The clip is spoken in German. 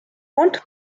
und